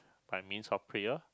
by means of prayer